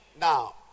Now